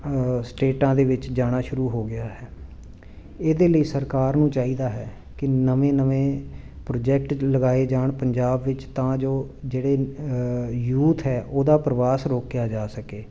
ਰ ਸਟੇਟਾਂ ਦੇ ਵਿੱਚ ਜਾਣਾ ਸ਼ੁਰੂ ਹੋ ਗਿਆ ਹੈ ਇਹਦੇ ਲਈ ਸਰਕਾਰ ਨੂੰ ਚਾਹੀਦਾ ਹੈ ਕਿ ਨਵੇਂ ਨਵੇਂ ਪ੍ਰੋਜੈਕਟ ਲਗਾਏ ਜਾਣ ਪੰਜਾਬ ਵਿੱਚ ਤਾਂ ਜੋ ਜਿਹੜੇ ਯੂਥ ਹੈ ਉਹਦਾ ਪ੍ਰਵਾਸ ਰੋਕਿਆ ਜਾ ਸਕੇ